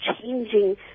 changing